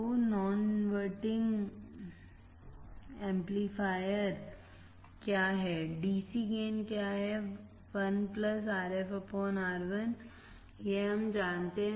तो non inverting amplifier क्या है dc गेन क्या है 1 Rf Ri यह हम जानते हैं